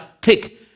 pick